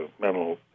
mental